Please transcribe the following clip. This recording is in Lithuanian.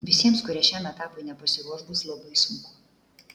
visiems kurie šiam etapui nepasiruoš bus labai sunku